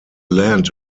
land